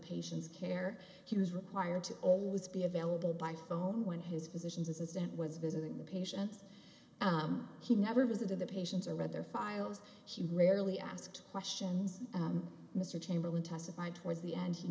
patients care he was required to always be available by phone when his physician's assistant was visiting the patient he never visited the patients or read their files he rarely asked questions mr chamberlain testified towards the end he